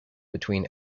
between